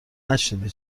نشنیدی